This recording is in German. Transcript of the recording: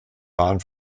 bahn